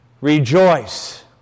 Rejoice